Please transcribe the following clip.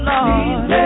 Lord